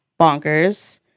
bonkers